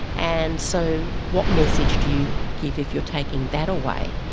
and so what message do you give if you are taking that away?